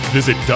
Visit